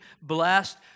blessed